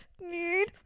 need